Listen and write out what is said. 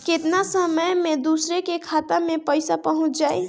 केतना समय मं दूसरे के खाता मे पईसा पहुंच जाई?